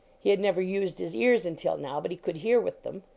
he had never used his ears until now, but he could hear with them.